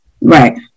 right